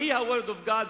שהיא ה-Word of God,